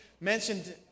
mentioned